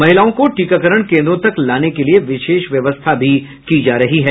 महिलाओं को टीकाकरण केन्द्रों तक लाने के लिए विशेष व्यवस्था भी की जा रही है